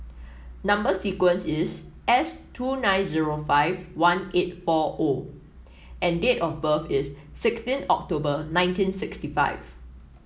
number sequence is S two nine zero five one eight four O and date of birth is sixteen October nineteen sixty five